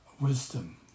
Wisdom